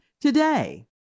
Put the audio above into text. today